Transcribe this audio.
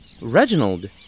Reginald